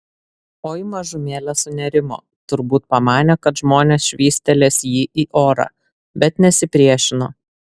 oi mažumėlę sunerimo turbūt pamanė kad žmonės švystelės jį į orą bet nesipriešino